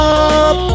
up